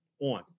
on